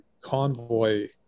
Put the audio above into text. convoy